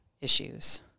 issues